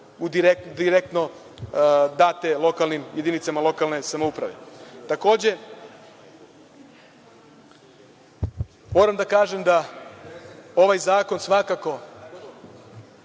direktno date jedinicama lokalne samouprave. Takođe, moram da kažem da ovaj zakon svakako